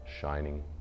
shining